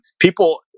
people